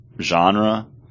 genre